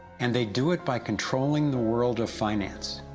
and they do it by controlling the world of finance,